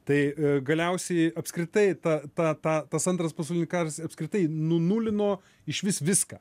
tai galiausiai apskritai ta ta ta tas antras pasaulinis karas apskritai nunulino išvis viską